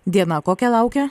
diena kokia laukia